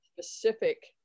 specific